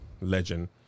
legend